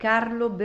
Carlo